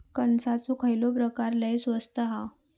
कणसाचो खयलो प्रकार लय स्वस्त हा?